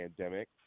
pandemic